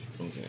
Okay